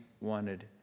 wanted